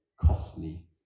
costly